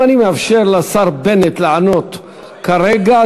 אם אני מאפשר לשר בנט לענות כרגע,